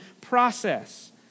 process